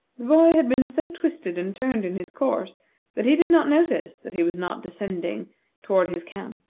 the boy had been so twisted and turned in his course that he did not notice that he was not descending toward his camp,